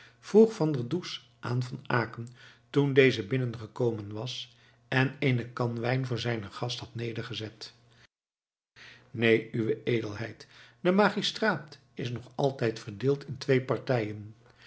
vroeg van der does aan van aecken toen deze binnengekomen was en eene kan wijn voor zijnen gast had nedergezet neen uwe edelheid de magistraat is nog altijd verdeeld in twee partijen